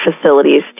facilities